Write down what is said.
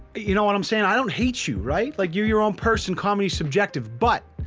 you know what i'm saying, i don't hate you, right? like you're your own person, comedy's subjective, but.